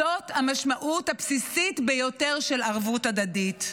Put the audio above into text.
זאת המשמעות הבסיסית ביותר של ערבות הדדית.